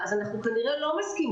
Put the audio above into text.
אלא לתת להן שעות תגבור נוספות,